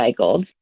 recycled